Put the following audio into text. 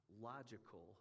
logical